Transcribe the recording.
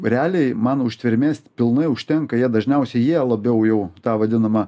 realiai man ištvermės pilnai užtenka jie dažniausiai jie labiau jau tą vadinamą